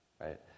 right